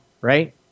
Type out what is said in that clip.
right